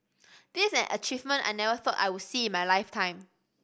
this is an achievement I never thought I would see in my lifetime